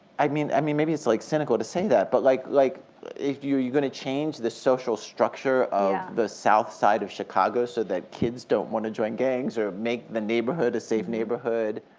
i mean i mean, maybe it's like cynical to say that, but like like are you you going to change the social structure of the south side of chicago so that kids don't want to join gangs, or make the neighborhood a safe neighborhood?